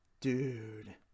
Dude